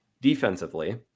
Defensively